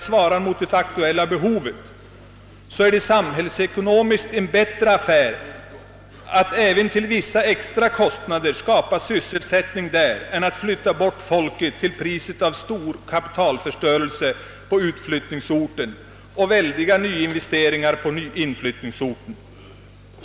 svarar mot det aktuella behovet, så är det samhällsekonomiskt en bättre affär att även till vissa extra kostnader skapa sysselsättning där än att flytta bort folket till priset av stor kapitalförstörelse på utflyttningsorten och väldiga nyinvesteringar på inflyttningsorten.